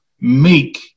meek